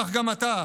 כך גם אתה.